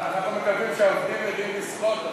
אנחנו מקווים שהעובדים יודעים לשחות.